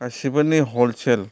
गासिबोनि हलसेल